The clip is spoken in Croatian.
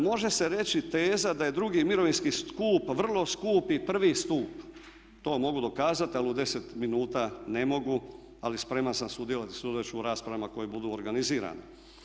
Može se reći teza da je drugi mirovinski stup vrlo skup i prvi stup, to vam mogu dokazati ali u 10 minuta ne mogu, ali spreman sam sudjelovati i sudjelovat ću u raspravama koje budu organizirane.